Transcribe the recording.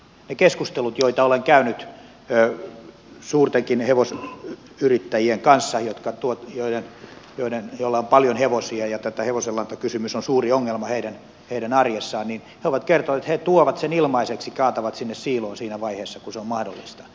niissä keskusteluissa joita olen käynyt hevosyrittäjien kanssa joilla on paljon hevosia ja joiden arjessa tämä hevosenlantakysymys on suuri ongelma he ovat kertoneet että he tuovat sen ilmaiseksi kaatavat sinne siiloon siinä vaiheessa kun se on mahdollista